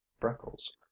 freckles